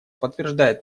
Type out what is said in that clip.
подтверждает